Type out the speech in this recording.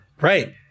Right